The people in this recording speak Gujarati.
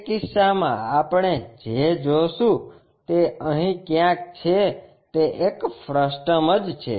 તે કિસ્સામાં આપણે જે જોશું તે અહીં ક્યાંક છે તે એક ફ્રસ્ટમ જ છે